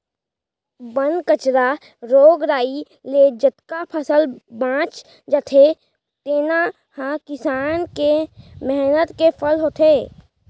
बन कचरा, रोग राई ले जतका फसल बाँच जाथे तेने ह किसान के मेहनत के फर होथे